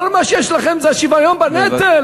כל מה שיש לכם זה השוויון בנטל?